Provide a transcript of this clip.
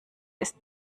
isst